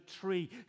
tree